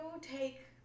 take